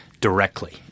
directly